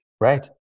Right